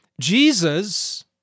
Jesus